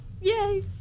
Yay